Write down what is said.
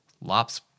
lops